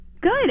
Good